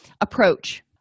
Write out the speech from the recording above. Approach